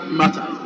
matter